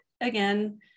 again